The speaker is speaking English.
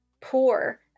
poor